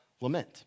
lament